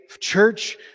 church